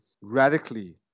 radically